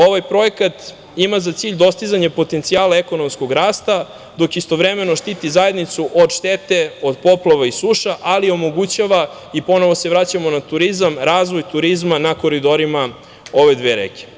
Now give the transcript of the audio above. Ovaj projekat ima za cilj dostizanje potencijala ekonomskog rasta, dok istovremeno štiti zajednicu od štete od poplava i suša, ali omogućava, i ponovo se vraćamo na turizam, razvoj turizma na koridorima ove dve reke.